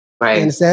Right